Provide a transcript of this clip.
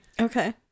okay